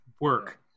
Work